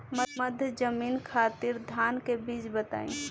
मध्य जमीन खातिर धान के बीज बताई?